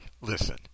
Listen